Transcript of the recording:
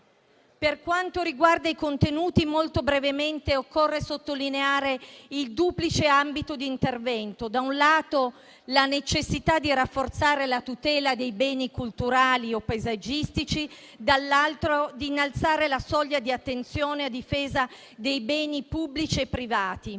Per quanto riguarda i contenuti, molto brevemente occorre sottolineare il duplice ambito di intervento: da un lato, vi è la necessità di rafforzare la tutela dei beni culturali o paesaggistici; dall'altro, quella di innalzare la soglia di attenzione a difesa dei beni pubblici e privati.